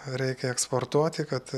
reikia eksportuoti kad